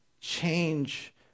Change